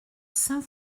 saint